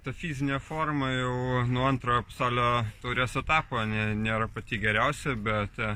ta fizinė forma jau nuo antrojo psalio taurės etapo nė nėra pati geriausia bet